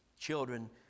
children